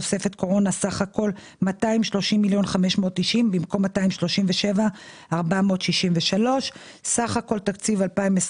תוספת קורונה סך הכול 230,590,000 במקום 237,463. סך הכול תקציב 2021,